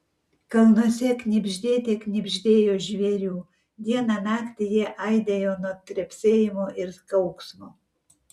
kalnuose knibždėte knibždėjo žvėrių dieną naktį jie aidėjo nuo trepsėjimo ir kauksmo